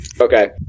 Okay